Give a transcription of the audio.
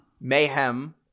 mayhem